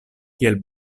kiel